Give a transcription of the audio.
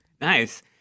Nice